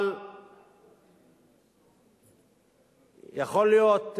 אבל יכול להיות,